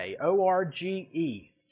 O-R-G-E